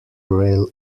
rail